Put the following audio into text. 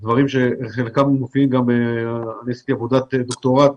חלק מהדברים מופיעים בעבודת הדוקטורט